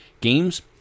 games